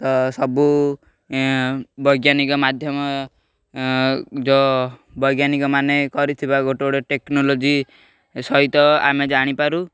ତ ସବୁ ବୈଜ୍ଞାନିକ ମାଧ୍ୟମ ଯ ବୈଜ୍ଞାନିକ ମାନେ କରିଥିବା ଗୋଟେ ଗୋଟେ ଟେକ୍ନୋଲୋଜି ସହିତ ଆମେ ଜାଣିପାରୁ